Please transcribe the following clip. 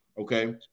Okay